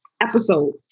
episode